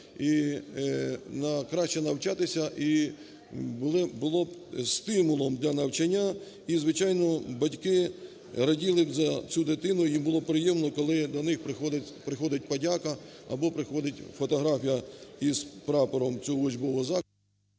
і краще навчатися і була б стимулом для навчання. І звичайно, батьки раділи б за цю дитину, їм було б приємно, коли до них приходить подяка або приходить фотографія з прапором цього учбового закладу…